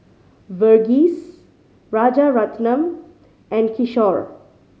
Verghese Rajaratnam and Kishore